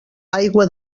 aigua